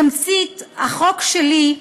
בתמצית, החוק שלי,